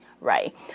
right